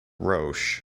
roche